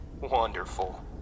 Wonderful